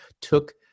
took